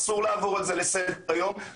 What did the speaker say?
אסור לעבור על זה לסדר היום.